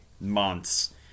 months